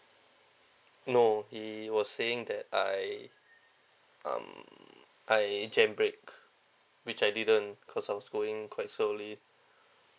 no he was saying that I um I jam brake which I didn't cause I was going quite slowly